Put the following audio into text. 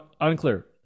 unclear